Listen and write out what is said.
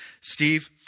Steve